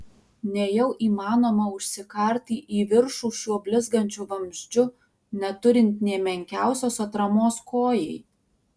nejau įmanoma užsikarti į viršų šiuo blizgančiu vamzdžiu neturint nė menkiausios atramos kojai